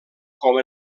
com